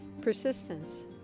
persistence